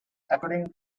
according